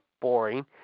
boring